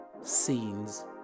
scenes